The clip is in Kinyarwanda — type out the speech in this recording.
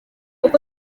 uko